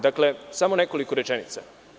Dakle, samo nekoliko rečenica.